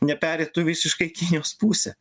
nepereitų visiškai į kinijos pusę